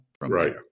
Right